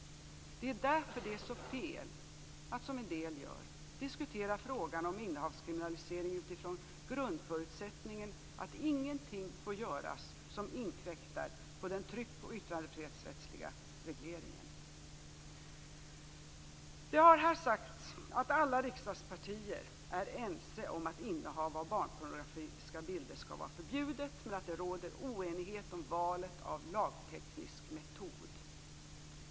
Det är därför som det är så fel att, som en del gör, diskutera frågan om innehavskriminalisering utifrån grundförutsättningen att ingenting får göras som inkräktar på den tryck och yttrandefrihetsrättsliga regleringen. Det har här sagts att alla riksdagspartier är ense om att innehav av barnpornografiska bilder skall vara förbjudet men att det råder oenighet om valet av lagteknisk metod.